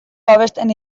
babesten